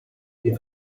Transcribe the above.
wir